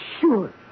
sure